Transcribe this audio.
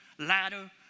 ladder